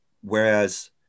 Whereas